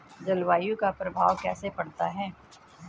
जलवायु का प्रभाव कैसे पड़ता है?